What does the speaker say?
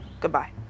Goodbye